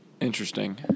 Interesting